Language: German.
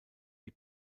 die